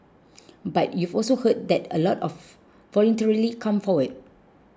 but you've also heard that a lot of voluntarily come forward